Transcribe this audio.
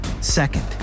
Second